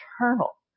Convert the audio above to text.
eternal